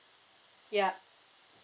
yup